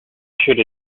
should